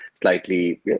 slightly